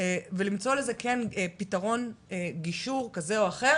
ולמצוא לזה פתרון גישור כזה או אחר.